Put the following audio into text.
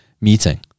meeting